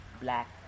black